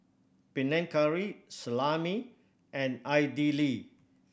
Panang Curry Salami and Idili